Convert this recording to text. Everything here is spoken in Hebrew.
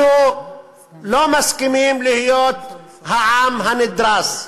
אנחנו לא מסכימים להיות העם הנדרס.